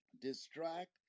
distract